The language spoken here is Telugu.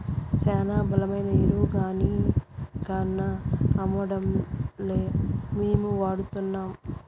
శానా బలమైన ఎరువుగాన్నా అమ్మడంలే మేమే వాడతాన్నం